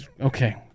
okay